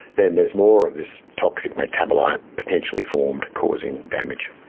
then there's more of this toxic metabolite potentially formed, causing damage.